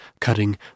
cutting